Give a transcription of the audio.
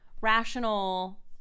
rational